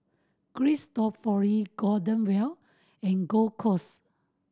Cristofori Golden Wheel and Gold coast